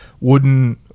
wooden